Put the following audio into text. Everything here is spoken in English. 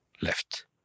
left